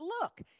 look